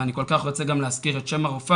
ואני כל כך רוצה גם להזכיר את שם הרופאה,